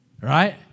Right